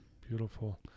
Beautiful